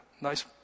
nice